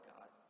God